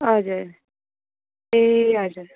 हजुर ए हजुर